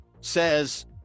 says